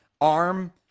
Arm